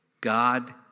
God